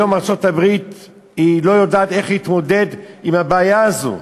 היום ארצות-הברית לא יודעת איך להתמודד עם הבעיה הזאת.